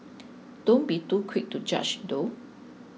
don't be too quick to judge though